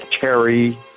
Terry